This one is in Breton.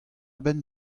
benn